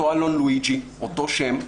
אותו אלון לואיג'י, אותו שם.